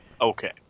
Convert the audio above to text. Okay